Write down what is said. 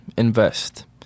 invest